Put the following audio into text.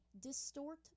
distort